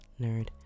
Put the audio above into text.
nerd